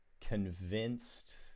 convinced